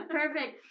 perfect